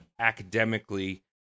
academically